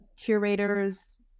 curators